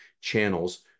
channels